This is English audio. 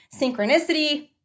synchronicity